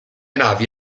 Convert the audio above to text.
navi